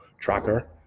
tracker